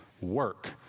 work